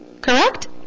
Correct